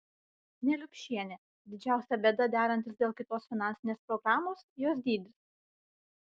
neliupšienė didžiausia bėda derantis dėl kitos finansinės programos jos dydis